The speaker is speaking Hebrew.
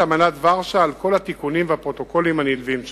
אמנת ורשה על כל התיקונים והפרוטוקולים הנלווים לה.